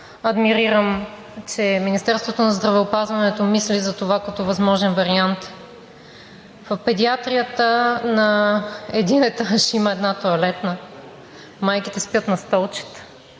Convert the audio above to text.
адмирирам Министерството на здравеопазването, че мисли за това като възможен вариант. В педиатрията на един етаж има една тоалетна, майките спят на столчета,